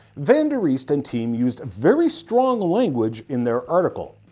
van der reest and team used very strong language in their article